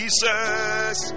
Jesus